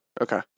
Okay